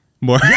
more